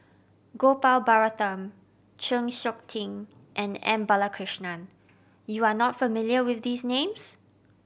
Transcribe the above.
Gopal Baratham Chng Seok Tin and M Balakrishnan you are not familiar with these names